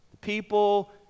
People